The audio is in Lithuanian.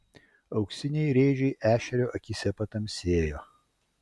auksiniai rėžiai ešerio akyse patamsėjo